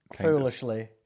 foolishly